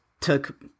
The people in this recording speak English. took